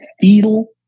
fetal